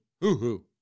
hoo-hoo